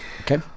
Okay